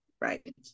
Right